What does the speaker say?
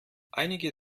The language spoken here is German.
einige